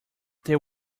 there